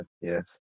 yes